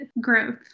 growth